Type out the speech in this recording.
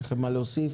יש לכם מה להוסיף?